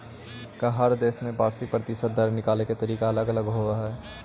का हर देश में वार्षिक प्रतिशत दर निकाले के तरीका अलग होवऽ हइ?